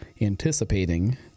anticipating